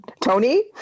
Tony